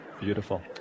Beautiful